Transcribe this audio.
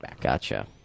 Gotcha